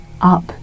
up